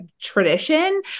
tradition